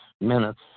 minutes